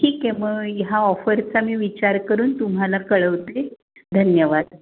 ठीके मग ह्या ऑफरचा मी विचार करून तुम्हाला कळवते धन्यवाद